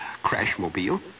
crash-mobile